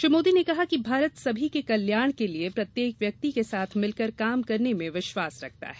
श्री मोदी ने कहा कि भारत सभी के कल्याण के लिए प्रत्येक व्यक्ति के साथ मिलकर काम करने में विश्वास करता है